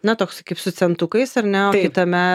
na toks kaip su centukais ar ne o kitame